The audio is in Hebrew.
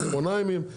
שמונה ימים?